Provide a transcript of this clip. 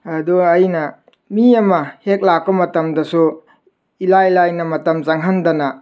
ꯑꯗꯣ ꯑꯩꯅ ꯃꯤ ꯑꯃ ꯍꯦꯛ ꯂꯥꯛꯄ ꯃꯇꯝꯗꯁꯨ ꯏꯂꯥꯏ ꯂꯥꯏꯅ ꯃꯇꯝ ꯆꯪꯍꯟꯗꯅ